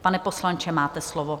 Pane poslanče, máte slovo.